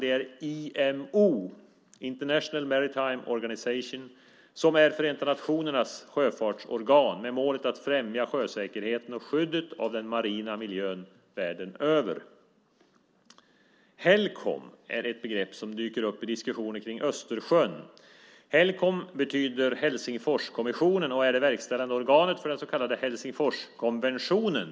Det är IMO, International Maritime Organization, det vill säga Förenta nationernas sjöfartsorgan med målet att främja sjösäkerheten och skyddet av den marina miljön världen över. Helcom är ett begrepp som dyker upp i diskussioner om Östersjön. Helcom betyder Helsingforskommissionen och är det verkställande organet för den så kallade Helsingforskonventionen.